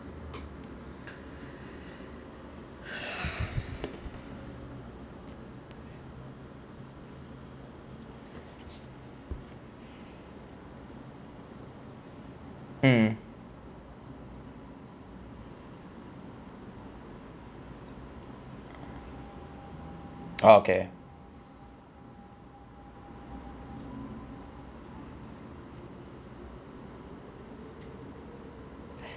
mm okay